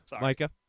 Micah